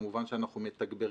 כמובן שאנחנו מתגברים,